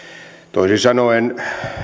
toisin sanoen